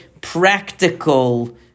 practical